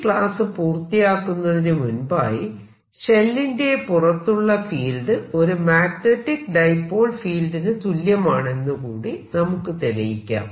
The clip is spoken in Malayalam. ഈ ക്ലാസ് പൂർത്തിയാക്കുന്നതിനു മുൻപായി ഷെല്ലിന്റെ പുറത്തുള്ള ഫീൽഡ് ഒരു മാഗ്നെറ്റിക് ഡൈപോൾ ഫീൽഡിന് തുല്യമാണെന്നുകൂടി നമുക്ക് തെളിയിക്കാം